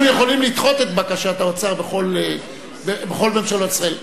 אנחנו יכולים לדחות את בקשת האוצר בכל ממשלות ישראל.